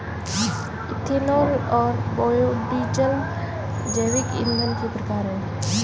ethanol और biodiesel जैविक ईंधन के प्रकार है